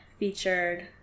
featured